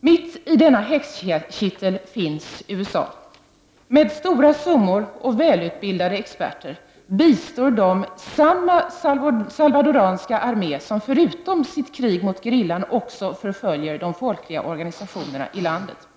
Mitt i denna häxkittel finns USA. Med stora summor och välutbildade experter bistår USA samma salvadoranska armé som förutom sitt krig mot gerillan också förföljer de folkliga organisationerna i landet.